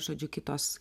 žodžiu kitos